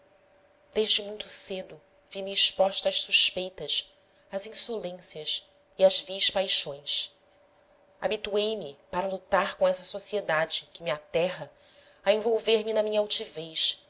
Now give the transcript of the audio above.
desde muito cedo vi-me exposta às suspeitas às insolências e às vis paixões habituei me para lutar com essa sociedade que me aterra a envolver-me na minha altivez